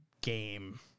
game